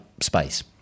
space